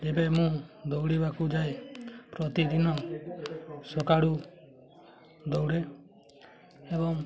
ଏବେ ମୁଁ ଦୌଡ଼ିବାକୁ ଯାଏ ପ୍ରତିଦିନ ସକାଳୁ ଦୌଡ଼େ ଏବଂ